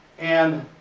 and